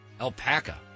alpaca